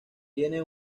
tiene